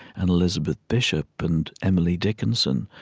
and elizabeth bishop, and emily dinkinson,